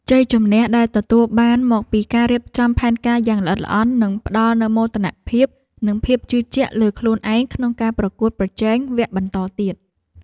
ជ័យជម្នះដែលទទួលបានមកពីការរៀបចំផែនការយ៉ាងល្អិតល្អន់នឹងផ្ដល់នូវមោទនភាពនិងភាពជឿជាក់លើខ្លួនឯងក្នុងការប្រកួតប្រជែងវគ្គបន្តទៀត។